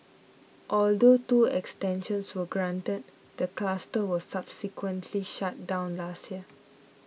although two extensions were granted the cluster was subsequently shut down last year